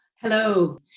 Hello